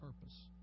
purpose